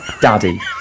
daddy